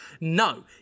No